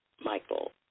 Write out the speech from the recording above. Michael